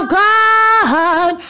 god